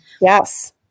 Yes